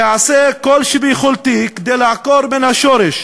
ואעשה כל שביכולתי כדי לעקור מן השורש